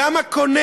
זה חריג.